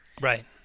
Right